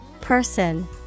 Person